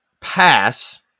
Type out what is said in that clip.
pass